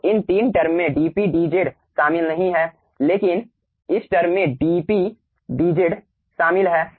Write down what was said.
तो इन 3 टर्म में dP dZ शामिल नहीं है लेकिन इस टर्म में dP dZ शामिल है